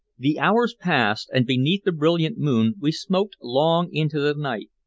the hours passed, and beneath the brilliant moon we smoked long into the night,